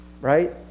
right